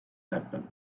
happen